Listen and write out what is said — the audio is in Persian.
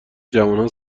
جوانها